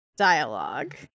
dialogue